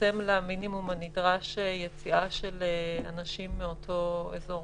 בכלל בשיקול דעת ויהיה אישור מלכתחילה.